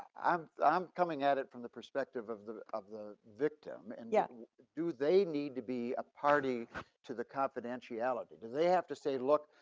i'm i'm coming at it from the perspective of the of the victim, and yeah do they need to be a party to the confidentiality? do they have to say, look,